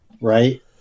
Right